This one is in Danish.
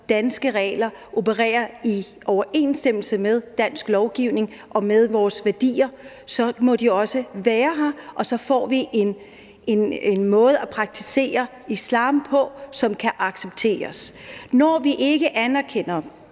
danske regler og operere i overensstemmelse med dansk lovgivning og med vores værdier – så må de også være her, og så får vi en måde at praktisere islam på, som kan accepteres. Når vi ikke anerkender